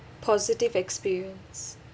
positive experience